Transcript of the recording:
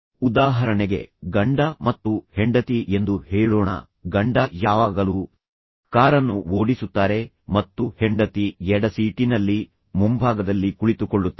ಉದಾಹರಣೆಗೆ ಗಂಡ ಮತ್ತು ಹೆಂಡತಿ ಎಂದು ಹೇಳೋಣ ಗಂಡ ಯಾವಾಗಲೂ ಕಾರನ್ನು ಓಡಿಸುತ್ತಾರೆ ಮತ್ತು ಹೆಂಡತಿ ಎಡ ಸೀಟಿನಲ್ಲಿ ಮುಂಭಾಗದಲ್ಲಿ ಕುಳಿತುಕೊಳ್ಳುತ್ತಾರೆ